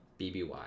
BBY